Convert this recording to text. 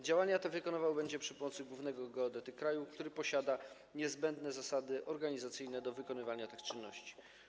Działania te wykonywał będzie przy pomocy głównego geodety kraju, który posiada niezbędne zasoby organizacyjne do wykonywania tych czynności.